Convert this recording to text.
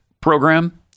program